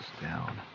down